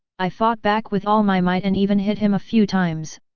i fought back with all my might and even hit him a few times,